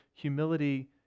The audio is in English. Humility